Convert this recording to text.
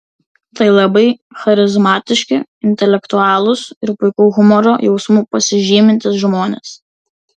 tai labai charizmatiški intelektualūs ir puikiu humoro jausmu pasižymintys žmonės